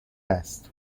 است